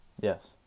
Yes